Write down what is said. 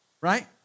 Right